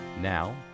Now